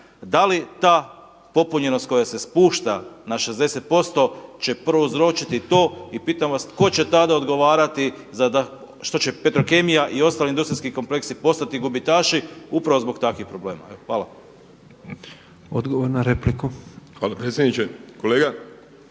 Da li ta popunjenost koja se spušta na 60% će prouzročiti to i pitam vas tko će tada odgovarati što će Petrokemija i ostali industrijski kompleksi postati gubitaši upravo zbog takvih problema. Evo hvala. **Petrov, Božo